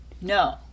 No